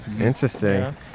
Interesting